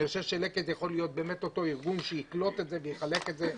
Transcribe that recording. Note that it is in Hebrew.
אני חושב שלקט ישראל יכול להיות אותו ארגון שיקלוט את זה ויחלק את זה.